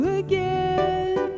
again